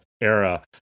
era